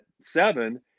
seven